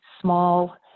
small